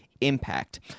impact